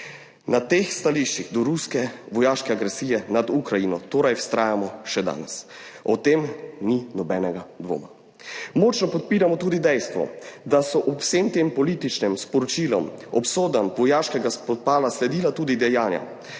Na teh stališčih do ruske vojaške agresije nad Ukrajino torej vztrajamo še danes, o tem ni nobenega dvoma. Močno podpiramo tudi dejstvo, da so ob vsem tem političnem sporočilu obsodbam vojaškega stala sledila tudi dejanja.